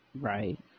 right